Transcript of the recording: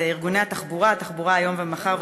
את ארגוני התחבורה "תחבורה היום ומחר",